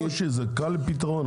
זה קל לפתרון.